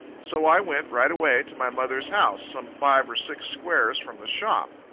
so i went, right away, to my mother's house, some five or six squares from the shop.